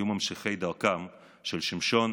היו ממשיכי דרכם של שמשון,